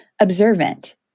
observant